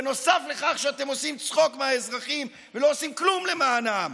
בנוסף לכך שאתם עושים צחוק מהאזרחים ולא עושים כלום למענם,